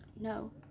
No